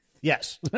Yes